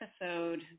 episode